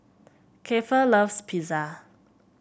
Kiefer loves Pizza